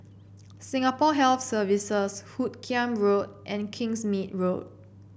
Singapore Health Services Hoot Kiam Road and Kingsmead Road